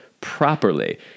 properly